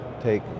take